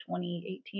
2018